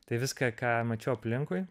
tai viską ką mačiau aplinkui